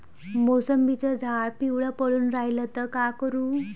मोसंबीचं झाड पिवळं पडून रायलं त का करू?